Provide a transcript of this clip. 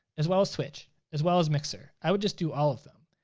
as well as twitch, as well as mixer. i would just do all of them.